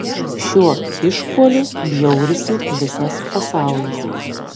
šiuo išpuoliu bjaurisi visas pasaulis